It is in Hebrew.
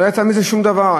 לא יצא מזה שום דבר.